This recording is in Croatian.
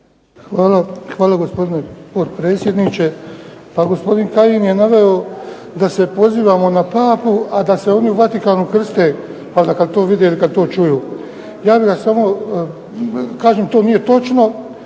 Hvala, gospodine potpredsjedniče. Pa gospodin Kajin je naveo da se pozivamo na papu, a da se oni u Vatikanu krste kad to vide ili kad to čuju. To nije točno,